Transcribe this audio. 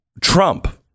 Trump